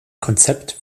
konzept